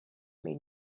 may